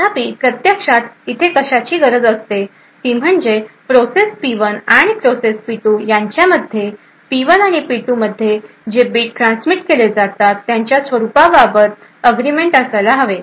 तथापि प्रत्यक्षात इथे कशाची गरज असते ती म्हणजे प्रोसेस पी 1 आणि प्रोसेस पी 2 यांच्यामध्ये पी 1 आणि पी 2 मध्ये जे बीट ट्रान्समिट केले जातात त्यांच्या स्वरूपाबाबत अग्रीमेंट असायला पाहिजे